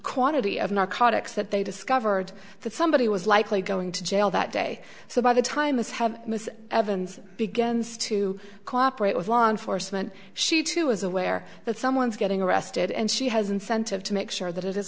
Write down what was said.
quantity of narcotics that they discovered that somebody was likely going to jail that day so by the time as have miss evans begins to cooperate with law enforcement she too is aware that someone's getting arrested and she has incentive to make sure that it is